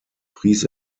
pries